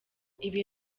ibi